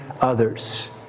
others